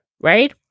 Right